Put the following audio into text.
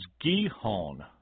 Gihon